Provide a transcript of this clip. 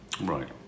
Right